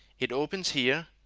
it opens here,